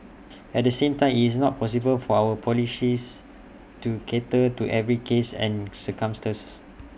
at the same time IT is not possible for our policies to cater to every case and circumstances